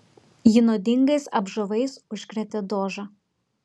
ji nuodingais apžavais užkrėtė dožą